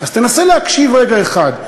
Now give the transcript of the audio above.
אז תנסה להקשיב רגע אחד.